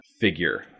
figure